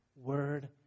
word